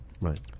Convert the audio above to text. right